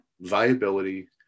viability